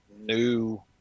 new